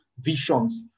visions